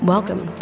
Welcome